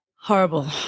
horrible